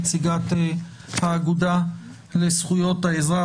נציגת האגודה לזכויות האזרח,